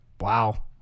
Wow